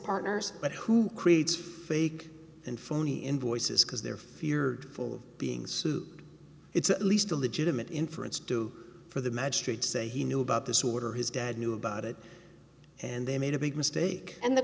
partners but who creates fake and phony invoices because they're feared for being sued it's at least a legitimate inference do for the magistrate say he knew about this order his dad knew about it and they made a big mistake and the